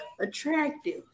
attractive